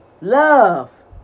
love